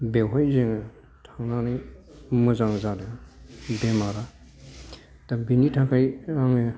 बेवहाय जोङो थांनानै मोजां जादों बेमारा दा बेनि थाखाय आङो